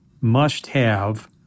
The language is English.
must-have